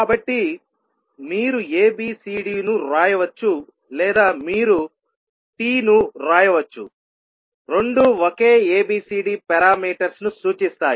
కాబట్టి మీరు ABCD ను వ్రాయవచ్చు లేదా మీరు T ను వ్రాయవచ్చు రెండూ ఒకే ABCD పారామీటర్స్ ను సూచిస్తాయి